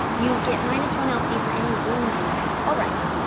you get minus one lp for any wound you have. alright,